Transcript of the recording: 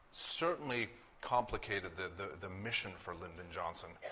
certainly complicated the the mission for lyndon johnson.